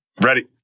Ready